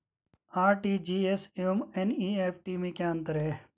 RTGS एवं NEFT में क्या अंतर है?